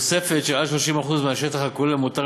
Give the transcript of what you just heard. תוספת של עד 30% מהשטח הכולל המותר